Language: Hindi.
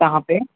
कहाँ पर